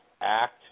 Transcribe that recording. act